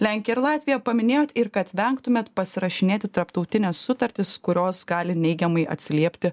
lenkija ir latvija paminėjot ir kad vengtumėt pasirašinėti tarptautines sutartis kurios gali neigiamai atsiliepti